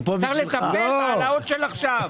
צריך לטפל בהעלאות של עכשיו.